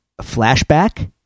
Flashback